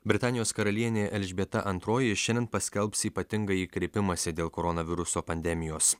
britanijos karalienė elžbieta antroji šiandien paskelbs ypatingąjį kreipimąsi dėl koronaviruso pandemijos